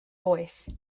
voice